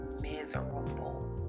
miserable